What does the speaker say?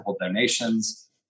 donations